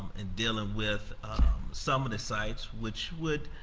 and dealing with some of the sites, which would,